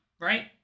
right